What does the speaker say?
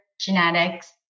genetics